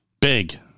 Big